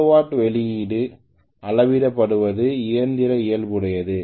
kilo watt வெளியீடு அளவிடப்படுவது இயந்திர இயல்புடையது